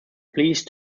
pleased